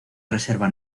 reserva